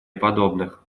подобных